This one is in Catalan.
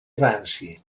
ranci